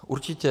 Určitě.